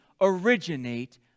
originate